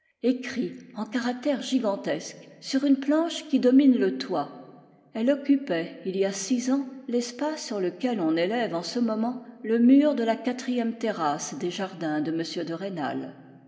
écrit en caractères gigantesques sur une planche qui domine le toit elle occupait il y a six ans l'espace sur lequel on élève en ce moment le mur de la quatrième terrasse des jardins de m de rênal